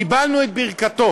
קיבלנו את ברכתו.